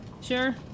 Sure